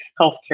healthcare